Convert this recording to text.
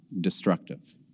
destructive